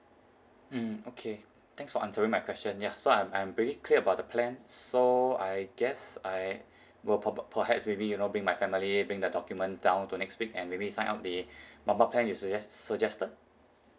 mm okay thanks for answering my question ya so I'm I'm pretty clear about the plan so I guess I will pop up perhaps maybe you know bring my family bring the document down to next week and maybe sign up the mobile plan you suggest suggested